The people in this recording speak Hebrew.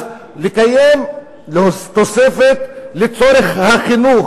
אז לקיים תוספת לצורך החינוך,